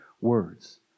words